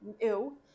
Ew